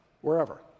wherever